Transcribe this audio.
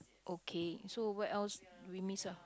okay so where else did we miss ah